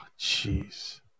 jeez